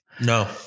No